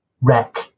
wreck